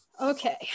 Okay